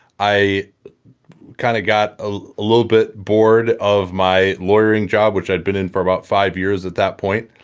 i kind of got a little bit bored of my lawyering job, which i'd been in for about five years at that point,